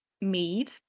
mead